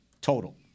Total